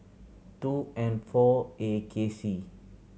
two N four A K C